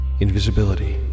Invisibility